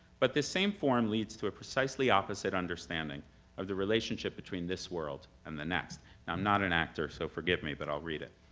but this same form leads to a precisely opposite understanding of the relationship between this world and the next. now i'm not an actor, so forgive me, but i'll read it.